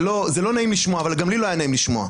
זה לא נעים לשמוע אבל גם לי לא היה נעים לשמוע.